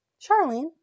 Charlene